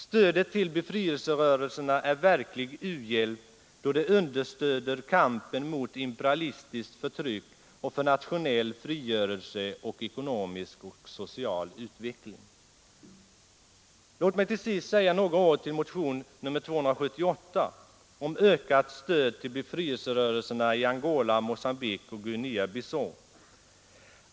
Stödet till befrielserörelserna är verklig u-hjälp, då det understöder kampen mot imperialistiskt förtryck och för nationell frigörelse och ekonomisk och social utveckling. Låt mig till sist säga några ord till motion nr 278 om ökat stöd till befrielserörelserna i Angola, Mogambique och Guinea Bissau.